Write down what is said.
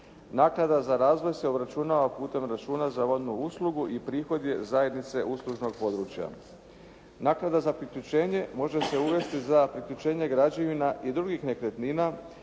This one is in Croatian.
Naknada za razvoj se obračunava putem računa za vodnu uslugu i prihod je zajednice uslužnog područja. Naknada za priključenje može se uvesti za priključenje građevina i drugih nekretnina,